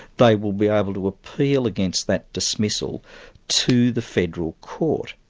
they will be able to appeal against that dismissal to the federal court.